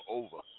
over